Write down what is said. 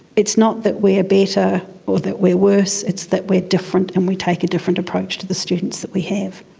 it's not that we are better or that we are worse, it's that we are different and we take a different approach to the students that we have.